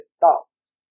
thoughts